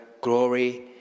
glory